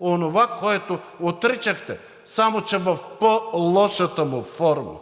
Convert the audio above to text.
онова, което отричахте, само че в по-лошата му форма.“